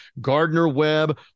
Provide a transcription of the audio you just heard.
Gardner-Webb